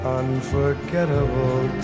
unforgettable